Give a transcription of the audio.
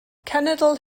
cenedl